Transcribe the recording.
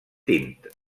tint